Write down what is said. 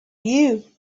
you